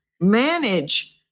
manage